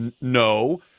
No